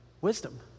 wisdom